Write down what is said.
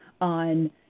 on